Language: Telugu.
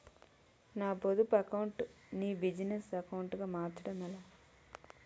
నా పొదుపు అకౌంట్ నీ బిజినెస్ అకౌంట్ గా మార్చడం ఎలా?